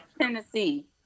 Tennessee